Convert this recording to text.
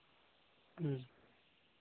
ᱦᱮᱸ